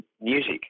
music